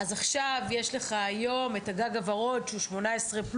אז עכשיו יש לך היום את "הגג הורוד" שהוא 18+,